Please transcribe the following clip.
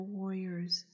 warriors